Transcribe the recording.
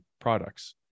products